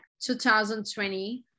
2020